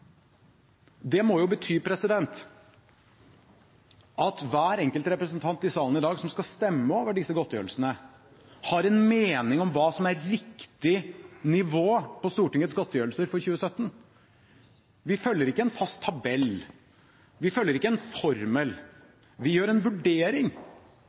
Det må bety at hver enkelt representant i salen i dag som skal stemme over disse godtgjørelsene, har en mening om hva som er riktig nivå på Stortingets godtgjørelser for 2017. Vi følger ikke en fast tabell. Vi følger ikke en